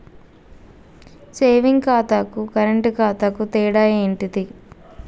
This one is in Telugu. సేవింగ్ ఖాతాకు కరెంట్ ఖాతాకు తేడా ఏంటిది?